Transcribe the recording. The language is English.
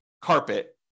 carpet